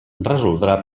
resoldrà